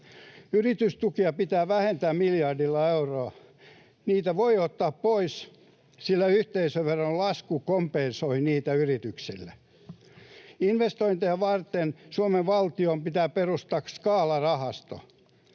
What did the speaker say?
Yritystukia pitää vähentää miljardilla eurolla. Niitä voi ottaa pois, sillä yhteisöveron lasku kompensoi niitä yrityksille. Investointeja varten Suomen valtion pitää perustaa skaalarahasto.